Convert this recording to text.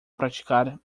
praticar